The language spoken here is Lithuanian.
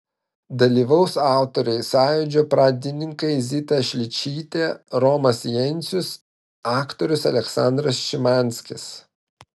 dalyvaus autoriai sąjūdžio pradininkai zita šličytė romas jencius aktorius aleksandras šimanskis